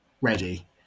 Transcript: ready